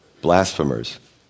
blasphemers